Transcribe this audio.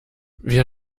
wir